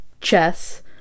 Chess